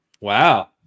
Wow